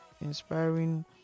Inspiring